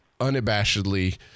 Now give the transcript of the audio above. unabashedly